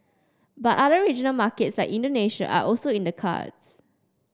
but other regional markets like Indonesia are also in the cards